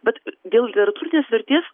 bet dėl literatūrinės vertės